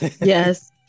Yes